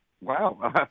Wow